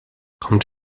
kommt